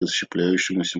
расщепляющемуся